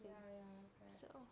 ya ya correct